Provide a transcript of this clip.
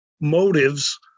motives